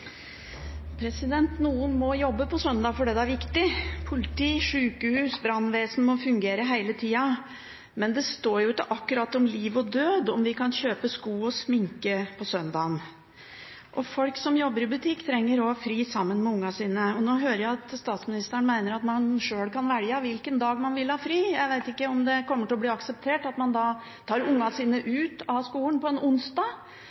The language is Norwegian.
Noen må jobbe på søndag fordi det er viktig. Politi, sjukehus og brannvesen må fungere hele tida. Men det står ikke akkurat om liv og død å kunne kjøpe sko og sminke på søndagen. Folk som jobber i butikk, trenger å ha fri sammen med ungene sine. Nå hører jeg at statsministeren mener at man sjøl kan velge hvilken dag man vil ha fri. Jeg vet ikke om det kommer til å bli akseptert at man tar ungene sine ut av skolen på en onsdag